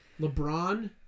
lebron